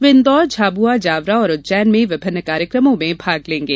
वे इंदौर झाबुआ जावरा और उज्जैन में विभिन्न कार्यक्रमों में भाग लेंगे